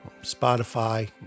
Spotify